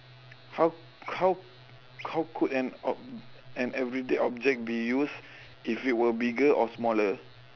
how how how could an ob~ an everyday object be used if it were bigger or smaller